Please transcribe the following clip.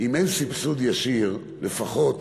אם אין סבסוד ישיר, לפחות